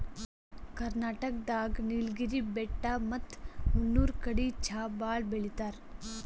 ಕರ್ನಾಟಕ್ ದಾಗ್ ನೀಲ್ಗಿರಿ ಬೆಟ್ಟ ಮತ್ತ್ ಮುನ್ನೂರ್ ಕಡಿ ಚಾ ಭಾಳ್ ಬೆಳಿತಾರ್